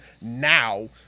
now